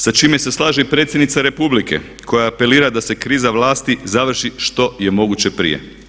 Sa čime se slaže i predsjednica republike koja apelira da se kriza vlasti završi što je moguće prije.